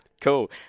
Cool